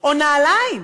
או נעליים.